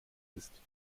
ist